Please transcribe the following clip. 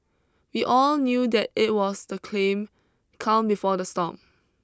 we all knew that it was the clean calm before the storm